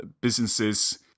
businesses